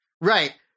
Right